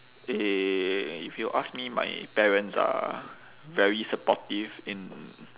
eh if you ask me my parents are very supportive in